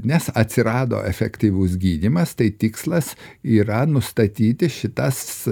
nes atsirado efektyvus gydymas tai tikslas yra nustatyti šitas